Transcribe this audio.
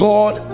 God